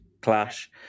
clash